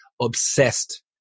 obsessed